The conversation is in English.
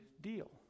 deal